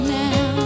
now